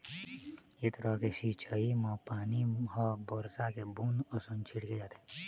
ए तरह के सिंचई म पानी ह बरसा के बूंद असन छिड़के जाथे